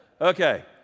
okay